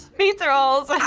pizza rolls. oh.